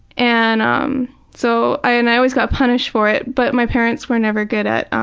and um so i and i always got punished for it. but my parents were never good at.